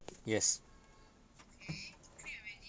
yes